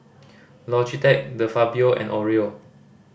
Logitech De Fabio and Oreo